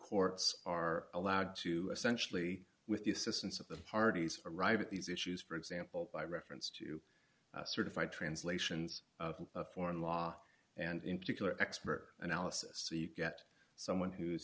courts are allowed to essentially with the assistance of the parties arrive at these issues for example by reference to certify translations of foreign law and in particular expert analysis so you get someone who is